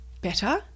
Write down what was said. better